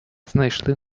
знайшли